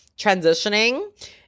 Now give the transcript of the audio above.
transitioning